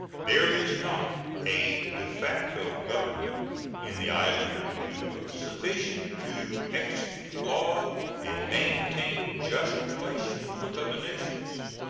there is not a de facto government in the island of cuba sufficient to execute law and maintain just relations with other nations.